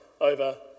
over